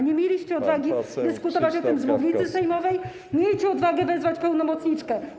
Nie mieliście odwagi dyskutować o tym z mównicy sejmowej, miejcie odwagę wezwać pełnomocniczkę.